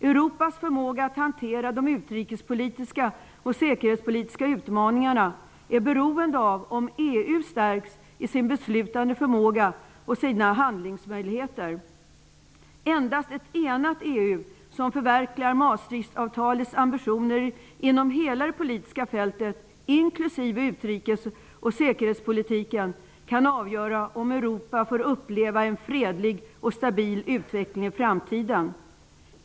Europas förmåga att hantera de utrikespolitiska och säkerhetspolitiska utmaningarna är beroende av om EU stärks i sin beslutande förmåga och sina handlingsmöjligheter. Endast ett enat EU som förverkligar Maastrichtavtalets ambitioner inom hela det politiska fältet inklusive utrikes och säkerhetspolitiken kan avgöra om Europa får uppleva en fredlig och stabil utveckling i framtiden.